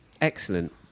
excellent